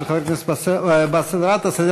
של באסל גטאס,